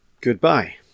goodbye